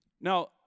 Now